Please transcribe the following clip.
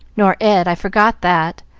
nor ed, i forgot that.